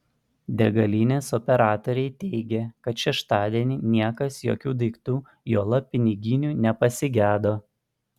degalinės operatoriai teigė kad šeštadienį niekas jokių daiktų juolab piniginių nepasigedo